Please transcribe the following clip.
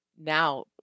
now